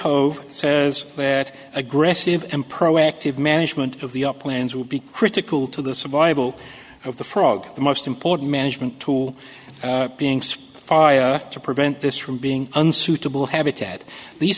hove says that aggressive and proactive management of the op plans will be critical to the survival of the frog the most important management tool being so far to prevent this from being unsuitable habitat the